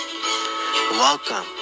welcome